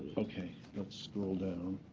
ok, let's scroll down.